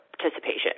participation